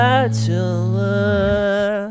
Bachelor